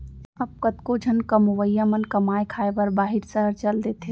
अब कतको झन कमवइया मन कमाए खाए बर बाहिर सहर चल देथे